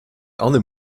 other